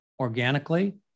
organically